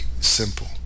simple